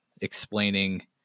explaining